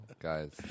Guys